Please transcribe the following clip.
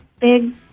big